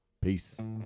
Peace